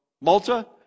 Malta